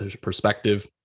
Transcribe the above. perspective